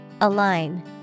Align